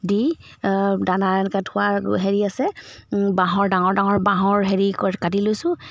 দি দানা এনেকুৱা থোৱা হেৰি আছে বাঁহৰ ডাঙৰ ডাঙৰ বাঁহৰ হেৰি কাটি লৈছোঁ